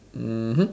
mmhmm